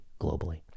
globally